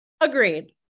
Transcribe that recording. agreed